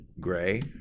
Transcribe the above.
Gray